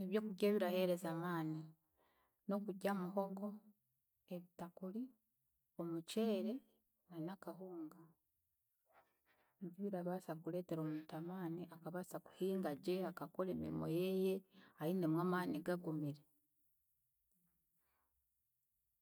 Ebyokurya ebiraheereza amaani, n'okurya muhogo, ebitakuri, omukyere, na n'akahunga, nibyo birabaasa kureetera omuntu amaani akabaasa kuhinga gye akakora emirimo yeeye ainemu amaani gagumire.